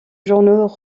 journaux